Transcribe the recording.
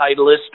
Titleist